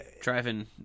Driving